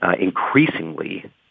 increasingly